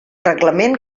reglament